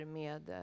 med